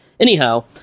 Anyhow